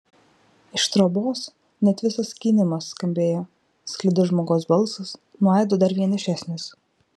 iš trobos net visas skynimas skambėjo sklido žmogaus balsas nuo aido dar vienišesnis